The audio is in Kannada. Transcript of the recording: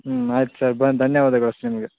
ಹ್ಞೂ ಆಯ್ತು ಸರ್ ಭಾಳ ಧನ್ಯವಾದಗಳು ಸರ್ ನಿಮಗೆ